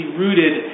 rooted